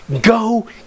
go